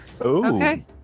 Okay